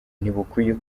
ntibukwiye